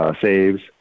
saves